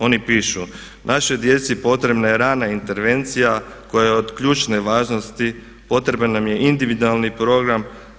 Oni pišu, našoj djeci potrebna je rana intervencija koja je od ključne važnosti, potreban nam je individualni program.